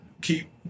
keep